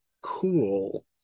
cool